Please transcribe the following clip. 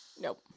Nope